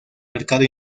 mercado